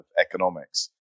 economics